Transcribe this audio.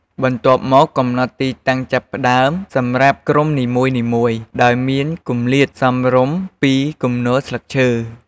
បន្ទាប់មកកំណត់ ទីតាំងចាប់ផ្ដើម សម្រាប់ក្រុមនីមួយៗ ដោយមានគម្លាតសមរម្យពីគំនរស្លឹកឈើ។